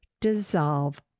dissolve